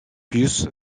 plus